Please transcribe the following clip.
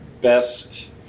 Best